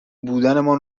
بودنمان